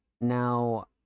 Now